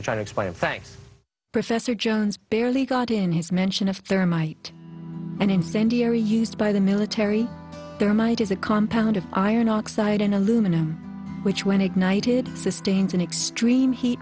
it try to explain thanks professor jones barely got in his mention of thermite and incendiary used by the military there might is a compound of iron oxide in aluminum which when ignited sustains an extreme heat